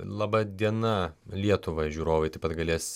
laba diena lietuva žiūrovai taip pat galės